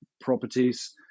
properties